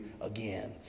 again